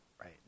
Right